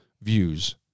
views